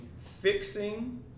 fixing